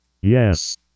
Yes